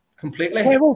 Completely